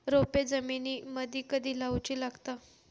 रोपे जमिनीमदि कधी लाऊची लागता?